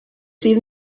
sydd